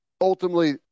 ultimately